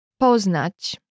Poznać